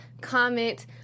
comment